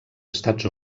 estats